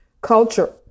Culture